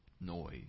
noise